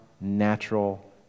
natural